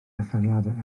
etholiadau